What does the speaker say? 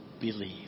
believe